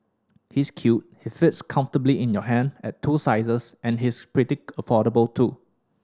he's cute he fits comfortably in your hand at two sizes and he's pretty affordable too